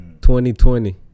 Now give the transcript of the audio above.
2020